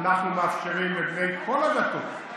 אנחנו מאפשרים לבני כל הדתות,